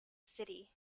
city